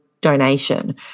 donation